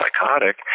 psychotic